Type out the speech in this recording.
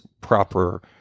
proper